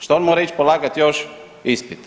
Šta on mora ić polagat još ispit?